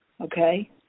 okay